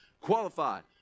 qualified